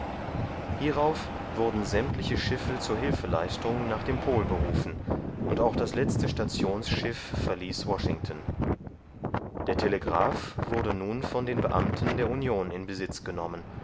hierauf wurden sämtliche schiffe zur hilfeleistung nach dem pol berufen und auch das letzte stationsschiff verließ washington der telegraph wurde nun von den beamten der union in besitz genommen